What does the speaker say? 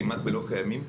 וכמעט ולא קיימים.